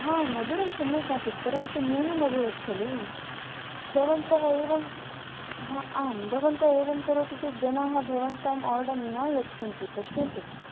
हा मधुरं सम्यक् आसीत् परन्तु न्यूनम् अभवत् खलु भवन्तः एवम् आम् भवन्तः एवं करोति चेत् जनाः भवन्तम् आर्डर् न यच्छन्ति पश्यन्तु